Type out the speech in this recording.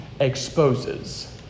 Exposes